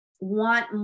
want